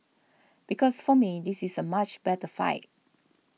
because for me this is a much better fight